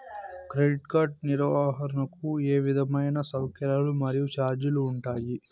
Credit card నిర్వహణకు ఏ విధమైన సౌకర్యాలు మరియు చార్జీలు ఉంటాయా?